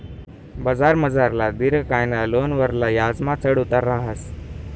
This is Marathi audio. बजारमझारला दिर्घकायना लोनवरला याजमा चढ उतार रहास